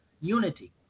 unity